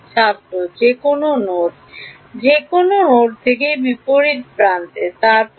ছাত্র যে কোনও নোড যে কোনও নোড থেকে বিপরীত প্রান্তে এবং তারপরে